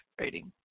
rating